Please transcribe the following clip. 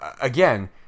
again